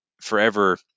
forever